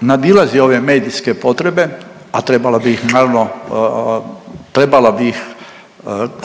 nadilazi ove medijske potrebe, a trebala bi ih, naravno, trebala bi ih